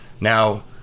Now